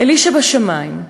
"אלי שבשמים,